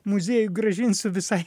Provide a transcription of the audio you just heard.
muziejui grąžinsiu visai